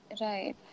right